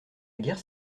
guerre